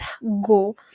go